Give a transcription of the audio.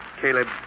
Caleb